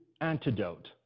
antidote